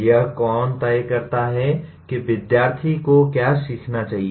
यह कौन तय करता है कि विद्यार्थी को क्या सीखना चाहिए